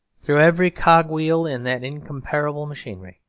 through every cogwheel in that incomparable machinery,